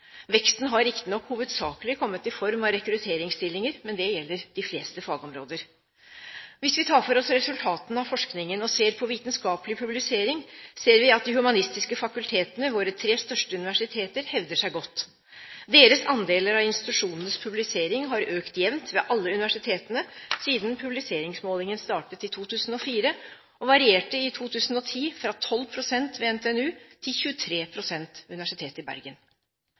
Veksten har riktignok hovedsakelig kommet i form av rekrutteringsstillinger, men det gjelder de fleste fagområder. Hvis vi tar for oss resultatene av forskningen og ser på vitenskapelig publisering, ser vi at de humanistiske fakultetene ved våre tre største universiteter hevder seg godt. Deres andeler av institusjonenes publisering har økt jevnt ved alle universitetene siden publiseringsmålingen startet i 2004 og varierte i 2010 fra 12 pst. ved NTNU til 23 pst. ved Universitetet i Bergen.